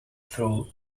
through